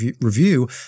review